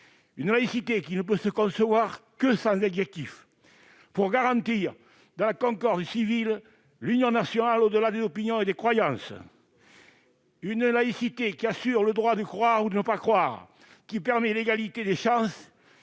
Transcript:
une laïcité qui ne peut se concevoir que sans adjectif, pour garantir dans la concorde civile l'unité nationale au-delà des opinions et croyances ; une laïcité qui assure le droit de croire ou de ne pas croire, qui permet l'égalité des chances,